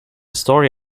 story